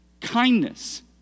kindness